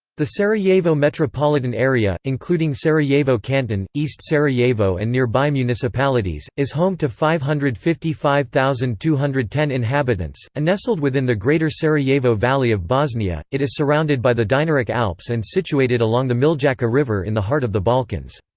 the sarajevo metropolitan area, including sarajevo canton, east sarajevo and nearby municipalities, is home to five hundred and fifty five thousand two hundred and ten inhabitants a nestled within the greater sarajevo valley of bosnia, it is surrounded by the dinaric alps and situated along the miljacka river in the heart of the balkans.